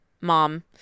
mom